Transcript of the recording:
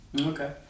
Okay